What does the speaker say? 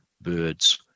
birds